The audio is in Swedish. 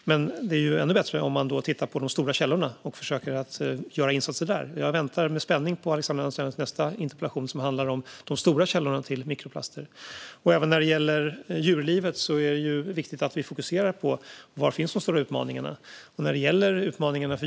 Men det är ännu bättre om man då tittar på de stora källorna och försöker göra insatser där. Jag väntar med spänning på Alexandra Anstrells nästa interpellation - om de stora källorna till mikroplaster. Även när det gäller djurlivet är det viktigt att vi fokuserar på var de stora utmaningarna finns.